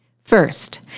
First